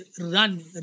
run